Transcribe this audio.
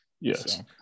Yes